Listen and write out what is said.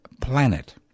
planet